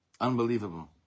Unbelievable